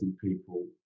people